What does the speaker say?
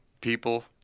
People